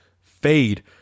fade